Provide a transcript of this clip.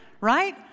right